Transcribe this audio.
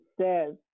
says